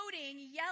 yelling